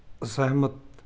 ਅਸਹਿਮਤ